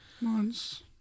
Months